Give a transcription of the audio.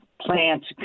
plants